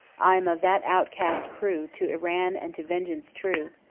i am of that outcast crew to iran and to vengeance true,